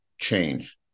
change